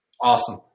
Awesome